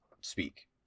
speak